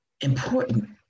important